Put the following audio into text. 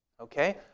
Okay